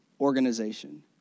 organization